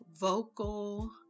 vocal